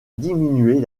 diminuer